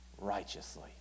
righteously